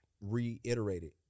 reiterated